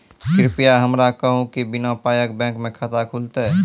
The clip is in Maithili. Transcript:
कृपया हमरा कहू कि बिना पायक बैंक मे खाता खुलतै?